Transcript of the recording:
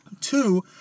Two